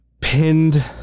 pinned